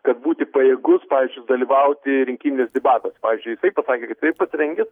kad būti pajėgus pavyzdžiui dalyvauti rinkiminiuose debatuose pavyzdžiui kad jisai pasirengęs